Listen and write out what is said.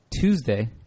Tuesday